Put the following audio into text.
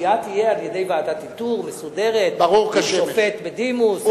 הקביעה תהיה על-ידי ועדת איתור מסודרת עם שופט בדימוס.